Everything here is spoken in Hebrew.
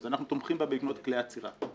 אנחנו תומכים בה בעקבות כלי עצירה.